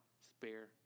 spare